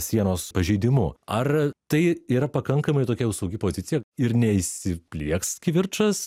sienos pažeidimu ar tai yra pakankamai tokia jau saugi pozicija ir neįsiplieks kivirčas